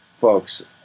folks